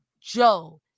Joe